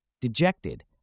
Dejected